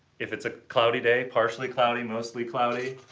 if it's a cloudy day, partially cloudy, mostly cloudy,